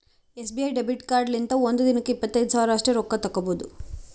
SBI debit ಕಾರ್ಡ್ಲಿಂತ ಒಂದ್ ದಿನಕ್ಕ ಇಪ್ಪತ್ತೈದು ಸಾವಿರ ಅಷ್ಟೇ ರೊಕ್ಕಾ ತಕ್ಕೊಭೌದು